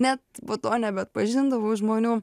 net po to nebeatpažindavau žmonių